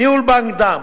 וניהול בנק דם